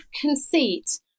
conceit